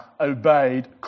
obeyed